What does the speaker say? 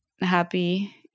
happy